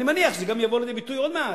אני מניח שזה גם יבוא לידי ביטוי עוד מעט,